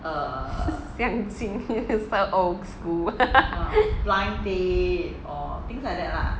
相亲 so old school